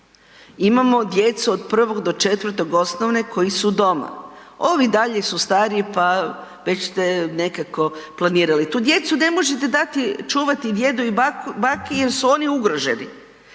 imamo djecu od 1. do 4. osnovne koji su doma, ovi dalje su stariji, pa već ste nekako planirali. Tu djecu ne možete dati čuvati djedu i baki jer su oni ugroženi.